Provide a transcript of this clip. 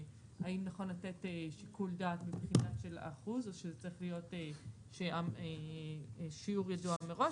האם נכון לתת שיקול דעת מבחינה של אחוז או שצריך להיות שיעור ידוע מראש,